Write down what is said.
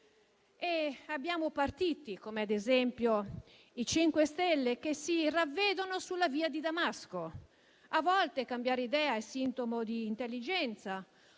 Abbiamo partiti, come ad esempio i 5 Stelle, che si sono ravveduti sulla via di Damasco. A volte cambiare idea è sintomo di intelligenza,